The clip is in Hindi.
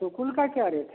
सुकुल का क्या रेट है